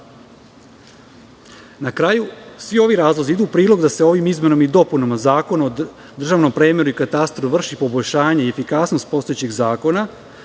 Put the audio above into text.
kraju, svi ovi razlozi idu u prilog da se ovim izmenama i dopunama Zakona o državnom premeru i katastru vrši poboljšanje i efikasnost postojećih zakona,